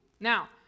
Now